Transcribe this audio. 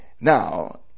Now